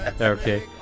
Okay